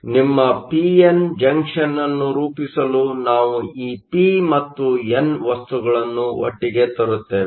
ಆದ್ದರಿಂದ ನಿಮ್ಮ P N junction ಅನ್ನು ರೂಪಿಸಲು ನಾವು ಈ ಪಿ ಮತ್ತು ಎನ್ ವಸ್ತುಗಳನ್ನು ಒಟ್ಟಿಗೆ ತರುತ್ತೇವೆ